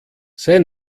sei